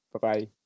Bye-bye